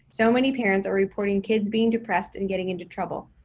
so many parents are reporting kids being depressed and getting into trouble.